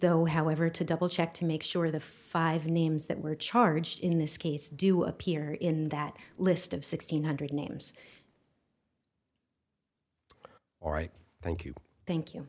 though however to double check to make sure the five names that were charged in this case do appear in that list of sixteen hundred names all right thank you thank you